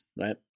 right